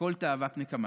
הכול תאוות נקמה.